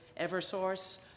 Eversource